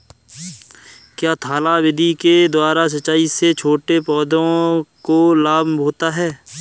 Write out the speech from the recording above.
क्या थाला विधि के द्वारा सिंचाई से छोटे पौधों को लाभ होता है?